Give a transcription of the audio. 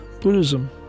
Buddhism